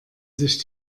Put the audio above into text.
sich